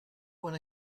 when